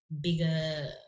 bigger